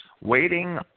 Waiting